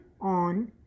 on